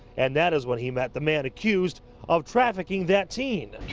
and that is when he met the man accused of trafficking that teen.